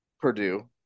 Purdue